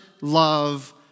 love